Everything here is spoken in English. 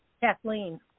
Kathleen